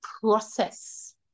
process